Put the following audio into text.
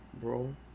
bro